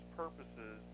purposes